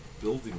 building